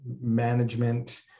management